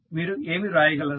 మీరు ఏమి వ్రాయగలరు